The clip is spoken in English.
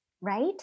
right